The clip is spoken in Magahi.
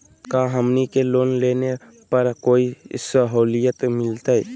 का हमनी के लोन लेने पर कोई साहुलियत मिलतइ?